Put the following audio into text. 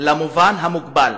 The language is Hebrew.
למובן של "מוגבל"